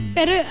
Pero